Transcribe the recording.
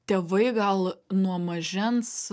tėvai gal nuo mažens